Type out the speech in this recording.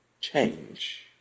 change